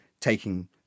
taking